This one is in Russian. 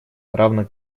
равно